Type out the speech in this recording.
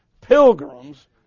pilgrims